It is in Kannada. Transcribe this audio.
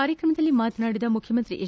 ಕಾರ್ಯಕ್ರಮದಲ್ಲಿ ಮಾತನಾಡಿದ ಮುಖ್ಯಮಂತ್ರಿ ಎಚ್